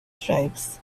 stripes